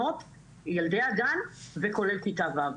ילדי הגן וכולל כיתה ו'.